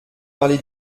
parlé